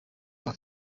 rwa